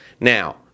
Now